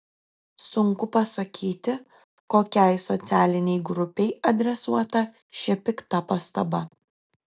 sunku pasakyti kokiai socialinei grupei adresuota ši pikta pastaba